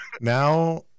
Now